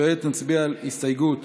כעת נצביע על הסתייגות